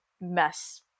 mess